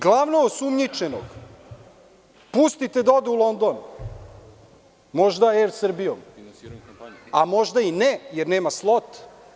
Glavnog osumnjičenog pustite da ode u London, možda Er Srbijom, a možda i ne, jer nema slot.